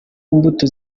mbuto